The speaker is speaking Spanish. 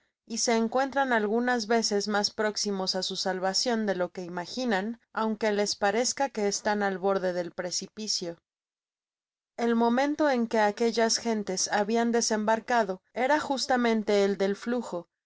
y se encuentran algunas veces mas próximos á su salva cjoo de lo qui imaginan aunque les parezca que están al borde del precipicio el momento en que aquellas gentes habian desembarcado era justamente ei del flujo